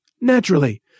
Naturally